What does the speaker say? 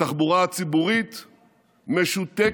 התחבורה הציבורית משותקת,